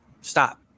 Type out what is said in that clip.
stop